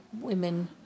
women